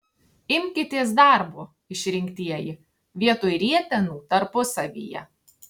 imkitės darbo išrinktieji vietoj rietenų tarpusavyje